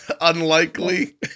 Unlikely